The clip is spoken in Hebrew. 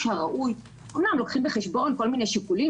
הראוי אמנם לוקחים בחשבון כל מיני שיקולים,